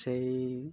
ସେଇ